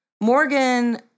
Morgan